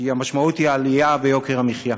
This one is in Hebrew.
כי המשמעות היא עלייה ביוקר המחיה.